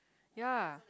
ya